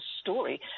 story